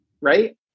right